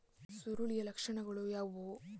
ಸುರುಳಿಯ ಲಕ್ಷಣಗಳು ಯಾವುವು?